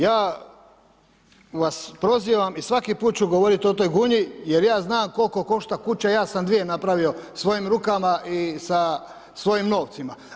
Ja vas prozivam i svaki put ću govoriti o toj Gunji, jer ja znam koliko košta kuća, ja sam 2 napravio svojim rukama i sa svojim novcima.